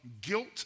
guilt